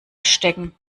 stecken